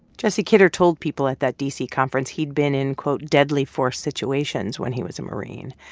jesse kidder told people at that d c. conference he'd been in, quote, deadly force situations when he was a marine.